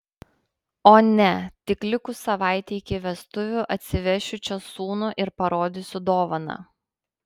o ne tik likus savaitei iki vestuvių atsivešiu čia sūnų ir parodysiu dovaną